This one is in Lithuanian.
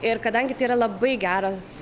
ir kadangi tai yra labai geras